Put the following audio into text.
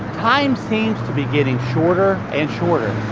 time seems to be getting shorter and shorter.